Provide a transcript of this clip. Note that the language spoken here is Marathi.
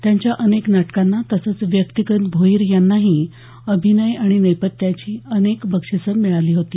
त्यांच्या अनेक नाटकांना तसंच व्यक्तिगत भोईर यांनाही अभिनय आणि नेपथ्याची अनेक बक्षिसं मिळाली होती